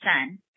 son